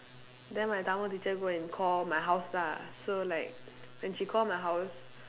then my Tamil teacher go and call my house lah so like when she call my house